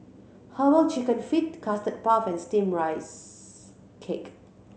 Herbal Chicken Feet Custard Puff and Steamed Rice Cake